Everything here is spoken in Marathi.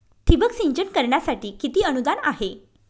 ठिबक सिंचन करण्यासाठी किती अनुदान आहे?